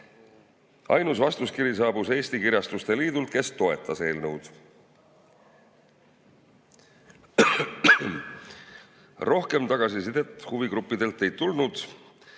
Ainus vastuskiri saabus Eesti Kirjastuste Liidult, kes toetas eelnõu. Rohkem tagasisidet huvigruppidelt ei tulnud. Eelnõu